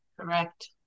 correct